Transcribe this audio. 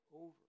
over